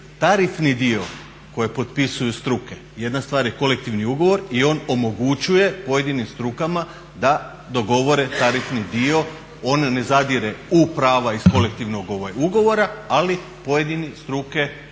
tarifni dio koji potpisuju struke. Jedna stvar je kolektivni ugovor i on omogućuje pojedinim strukama da dogovore tarifni dio. On ne zadire u prava iz kolektivnog ugovora, ali pojedine struke mogu